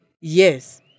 yes